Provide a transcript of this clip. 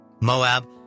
Moab